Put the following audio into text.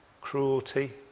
cruelty